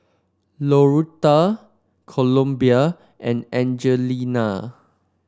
Louetta Columbia and Angelina